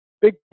big